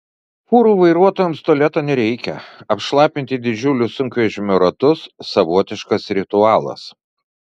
fūrų vairuotojams tualeto nereikia apšlapinti didžiulius sunkvežimio ratus savotiškas ritualas